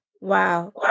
Wow